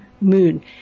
moon